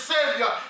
Savior